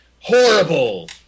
horrible